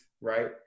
right